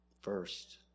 first